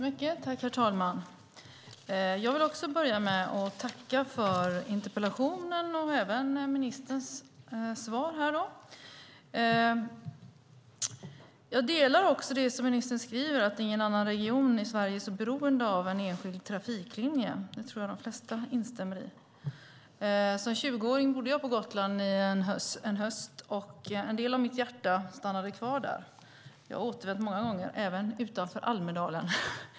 Herr talman! Också jag börjar med att tacka för interpellationen och för ministerns svar. Jag delar det som ministern säger om att ingen annan region i Sverige är så beroende av en enskild trafiklinje. Det tror jag att de flesta instämmer i. Som 20-åring bodde jag på Gotland en höst, och en del av mitt hjärta blev kvar där. Jag har återvänt många gånger, även utanför Almedalen.